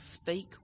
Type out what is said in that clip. speak